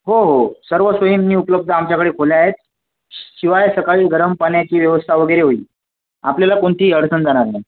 हो हो सर्व सोयीनी उपलब्ध आमच्याकडे खोल्या आहेत शिवाय सकाळी गरम पाण्याची व्यवस्था वगैरे होईल आपल्याला कोणतीही अडचण जाणार नाही